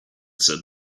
said